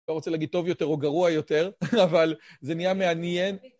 לא רוצה להגיד טוב יותר או גרוע יותר, אבל זה נהיה מעניין.